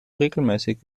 regelmäßig